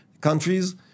countries